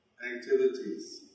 activities